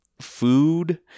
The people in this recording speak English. Food